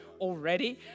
already